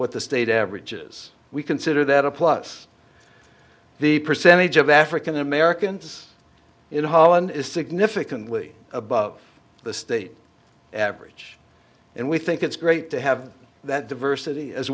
what the state averages we consider that a plus the percentage of african americans in holland is significantly above the state average and we think it's great to have that diversity as